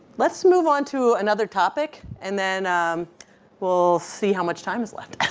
let's move on to another topic and then we'll see how much time is left.